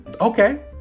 Okay